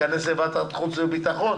ניכנס לוועדת החוץ והביטחון,